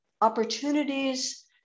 opportunities